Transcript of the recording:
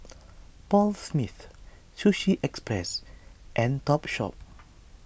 Paul Smith Sushi Express and Topshop